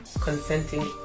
consenting